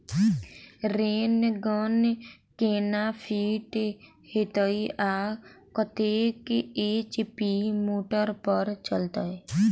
Rain gun केना fit हेतइ आ कतेक एच.पी मोटर पर चलतै?